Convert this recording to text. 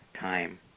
time